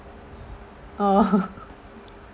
oh